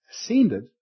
ascended